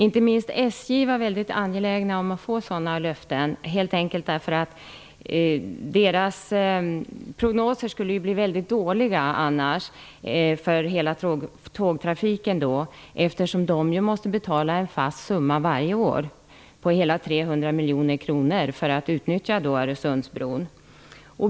Inte minst SJ var mycket angeläget om att få sådana löften, helt enkelt därför att deras prognoser för hela tågtrafiken annars skulle bli väldigt dåliga, eftersom SJ ju måste betala en fast summa på 300 miljoner kronor varje år för att utnyttja Öresundsbron.